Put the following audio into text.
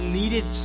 needed